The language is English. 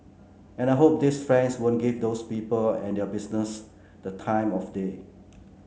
and I hope these friends won't give those people and their business the time of day